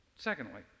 Secondly